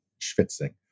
schwitzing